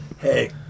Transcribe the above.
Hey